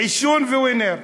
עישון ו"ווינר",